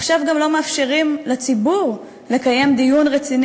עכשיו גם לא מאפשרים לציבור לקיים דיון רציני